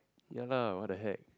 ya lah what the heck